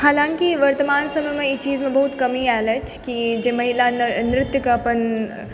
हलाँकि वर्तमान समय मे ई चीजममे बहुत कमी आयल अछि कि जे महिला ने नृत्य कऽ अपन चुनै छथिन